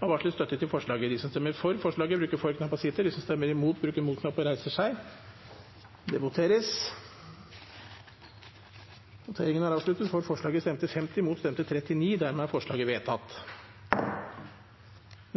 har varslet støtte til forslaget.